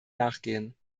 nachgehen